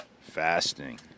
fasting